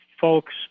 folks